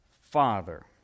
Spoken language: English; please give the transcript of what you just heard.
Father